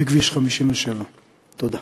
בכביש 57. תודה.